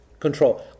Control